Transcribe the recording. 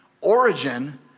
origin